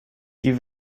die